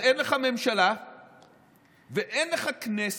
אז אין לך ממשלה ואין לך כנסת.